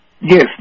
Yes